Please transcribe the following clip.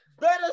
Better